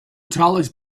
tallest